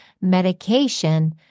medication